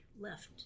left